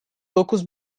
dokuz